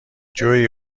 جویی